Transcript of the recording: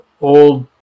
old